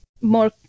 more